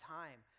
time